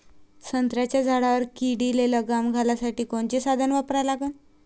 संत्र्याच्या झाडावर किडीले लगाम घालासाठी कोनचे साधनं वापरा लागन?